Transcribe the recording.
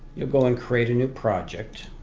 you'll go and create a new project.